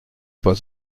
pas